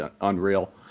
unreal